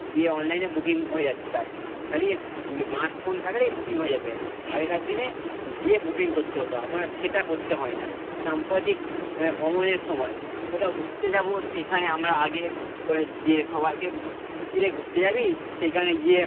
দিয়ে অনলাইনে বুকিং হয়ে যাচ্ছে ব্যাস খালি স্মার্ট ফোন থাকলেই বুকিং হয়ে যাবে আগেকার দিনে গিয়ে বুকিং করতে হতো এখন আর সেটা করতে হয় না সাম্প্রতিক ভ্রমণের সময় কোথাও ঘুরতে যাব সেখানে আমরা আগে করে যেয়ে সবাইকে কী রে ঘুরতে যাবি সেইখানে গিয়ে